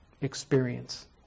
experience